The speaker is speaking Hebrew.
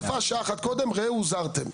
יפה שעה אחת קודם, ראו הוזהרתם.